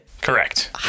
Correct